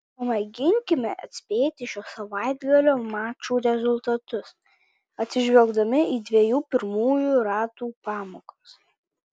pamėginkime atspėti šio savaitgalio mačų rezultatus atsižvelgdami į dviejų pirmųjų ratų pamokas